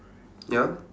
ya